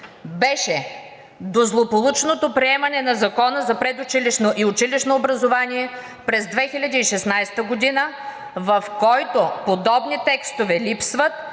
Беше! До злополучното приемане на Закона за предучилищното и училищното образование през 2016 г., в който подобни текстове липсват.